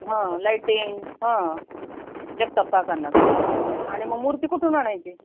हा लाईटिंग जगताप काकांना आणि मग मूर्ती कुठून आणायची